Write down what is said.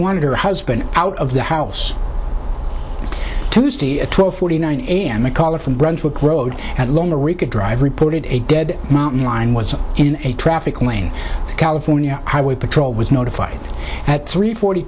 wanted her husband out of the house tuesday at twelve forty nine a m a caller from brunswick road had longer we could drive reported a dead mountain lion was in a traffic lane the california highway patrol was notified at three forty